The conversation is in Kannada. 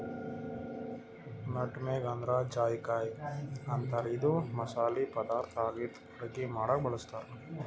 ನಟಮೆಗ್ ಅಂದ್ರ ಜಾಯಿಕಾಯಿ ಅಂತಾರ್ ಇದು ಮಸಾಲಿ ಪದಾರ್ಥ್ ಆಗಿದ್ದ್ ಅಡಗಿ ಮಾಡಕ್ಕ್ ಬಳಸ್ತಾರ್